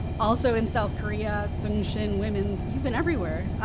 also in south korea, sungshin women's, you've been everywhere!